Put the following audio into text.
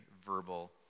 verbal